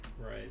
right